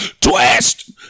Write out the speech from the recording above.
twist